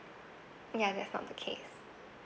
ya that's not the case